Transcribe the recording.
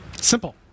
Simple